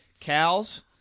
cows